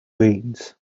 veins